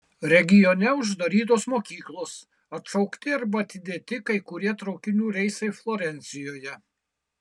regione uždarytos mokyklos atšaukti arba atidėti kai kurie traukinių reisai florencijoje